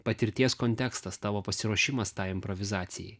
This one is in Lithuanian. patirties kontekstas tavo pasiruošimas tai improvizacijai